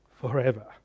forever